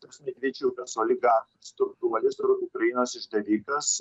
toks medvičiukas oligarchas turtuolis yra ukrainos išdavikas